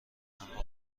اما